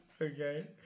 Okay